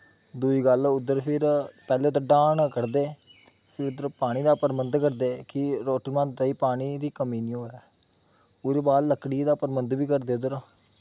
दुई गल्ल उद्धर फिर पैह्लें उत्थै डाह्न कड्ढदे फिर उत्थै पानी दा प्रबंध करदे कि रोटी बनांदे होई पानी दी कमी निं होऐ ओह्दे बाद लक्कड़ी दा प्रबंध बी करदे इद्धर